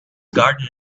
garden